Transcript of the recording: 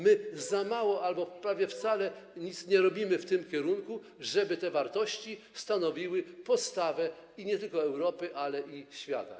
My za mało albo prawie wcale, nic, nie robimy w tym kierunku, żeby te wartości stanowiły podstawę nie tylko Europy, ale i świata.